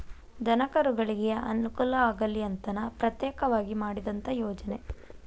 ದನಕರುಗಳಿಗೆ ಅನುಕೂಲ ಆಗಲಿ ಅಂತನ ಪ್ರತ್ಯೇಕವಾಗಿ ಮಾಡಿದಂತ ಯೋಜನೆ